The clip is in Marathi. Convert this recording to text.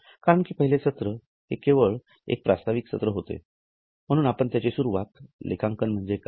कारण कि पहिले सत्र केवळ एक प्रास्ताविक सत्र होते म्हणून आपण त्याची सुरुवात लेखांकन म्हणजे काय